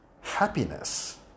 happiness